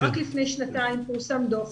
רק לפני שנתיים פורסם דוח,